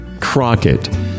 Crockett